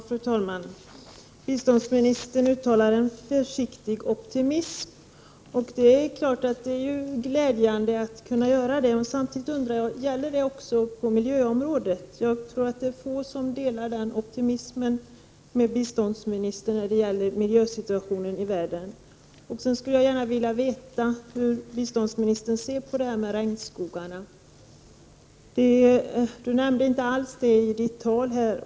Fru talman! Biståndsministern uttalade en försiktig optimism. Det är klart att det är glädjande att man kan göra det. Samtidigt undrar jag dock om det också gäller på miljöområdet. Jag tror att det är få som delar den optimismen med biståndsministern när det gäller miljösituationen i världen. Sedan skulle jag gärna vilja veta hur biståndsministern ser på regnskogarna. Biståndsministern berörde inte alls dem i sitt anförande.